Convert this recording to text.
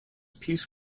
peace